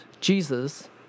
Jesus